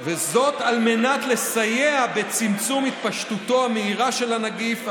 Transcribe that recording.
על מנת לסייע בצמצום התפשטותו המהירה של הנגיף,